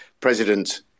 President